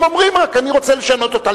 הם רק אומרים: אני רוצה לשנות אותה.